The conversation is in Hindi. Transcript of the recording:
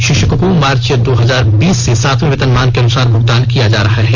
षिक्षकों को मार्च दो हजार बीस से सातवें वेतनमान के अनुसार भुगतान किया जा रहा है